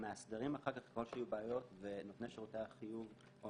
ככל שיהיו בעיות ונותני שירותי החיוב או